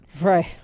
Right